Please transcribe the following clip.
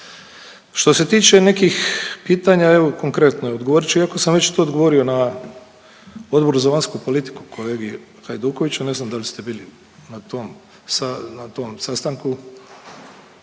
Što se tiče nekih pitanja, evo konkretno. Odgovorit ću iako sam već to odgovorio na Odboru za vanjsku politiku kolegi Hajdukoviću, ne znam da li ste bili na tom sastanku.